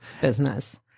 business